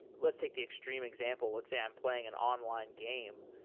let's take the extreme example. let's say i'm playing an online game.